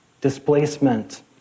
displacement